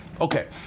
Okay